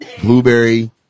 blueberry